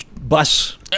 bus